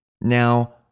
Now